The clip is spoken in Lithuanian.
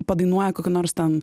padainuoja kokiu nors ten